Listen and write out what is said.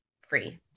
free